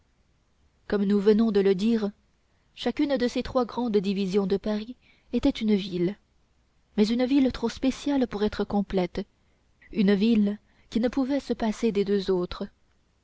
comme nous venons de le dire chacune de ces trois grandes divisions de paris était une ville mais une ville trop spéciale pour être complète une ville qui ne pouvait se passer des deux autres